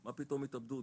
מה פתאום התאבדות?